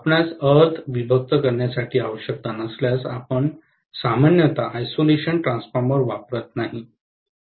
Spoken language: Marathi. आपणास अर्थ विभक्त करण्याची आवश्यकता नसल्यास आपण सामान्यत आयसोलेशन ट्रान्सफॉर्मर वापरत नाही